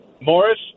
Morris